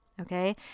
Okay